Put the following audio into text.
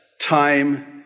time